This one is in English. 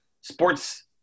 sports